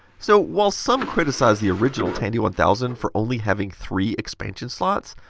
so, while some criticized the original tandy one thousand for only having three expansion slots,